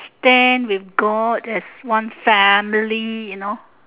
stand with god as one family you know